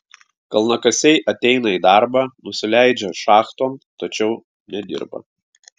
kalnakasiai ateina į darbą nusileidžia šachton tačiau nedirba